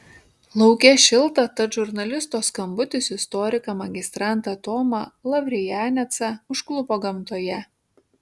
lauke šilta tad žurnalisto skambutis istoriką magistrantą tomą lavrijanecą užklupo gamtoje